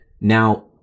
Now